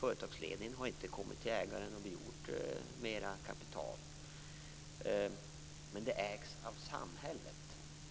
Företagsledningen har inte gått till ägaren och begärt mer kapital. Men företaget ägs av samhället,